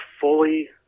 fully